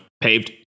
Paved